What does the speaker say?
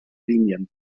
linien